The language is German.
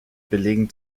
belegen